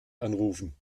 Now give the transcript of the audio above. anrufen